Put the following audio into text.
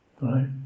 right